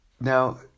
Now